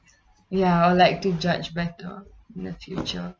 ya I would like to judge better in the future